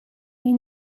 est